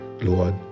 Lord